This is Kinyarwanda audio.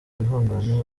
bihangane